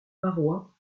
parois